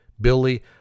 Billy